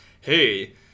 hey